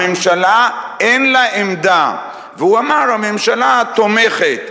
הממשלה אין לה עמדה, והוא אמר: הממשלה תומכת.